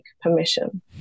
permission